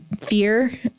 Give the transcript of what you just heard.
Fear